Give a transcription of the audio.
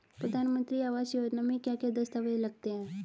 प्रधानमंत्री आवास योजना में क्या क्या दस्तावेज लगते हैं?